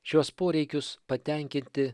šiuos poreikius patenkinti